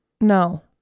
No